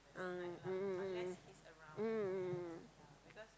ah mm mm mm mm mm mm mm mm